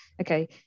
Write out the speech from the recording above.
okay